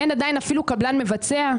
אין עדיין אפילו קבלן מבצע.